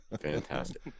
Fantastic